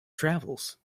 travels